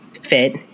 fit